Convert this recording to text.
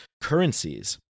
currencies